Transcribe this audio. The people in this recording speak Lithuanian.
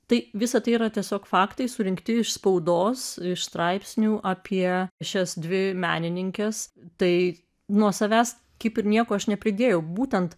tai visa tai yra tiesiog faktai surinkti iš spaudos straipsnių apie šias dvi menininkes tai nuo savęs kaip ir nieko aš nepridėjau būtent